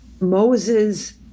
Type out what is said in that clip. Moses